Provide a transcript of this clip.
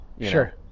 sure